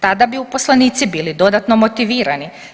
Tada bi uposlenici bili dodatno motivirani.